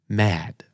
mad